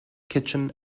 kitchen